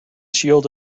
shield